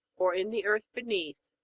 or in the earth beneath,